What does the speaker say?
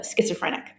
schizophrenic